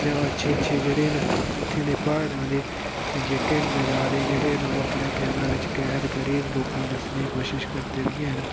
जां अच्छे अच्छे जेह्ड़े न उत्थें दे प्हाड़ा दे जेह्के नजारे जेह्ड़े न ओह् अपने कैमरे बिच्च कैद करी'र लोकें गी दस्सने दी कोशिश करदे बी हैन